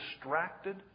distracted